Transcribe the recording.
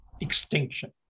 extinction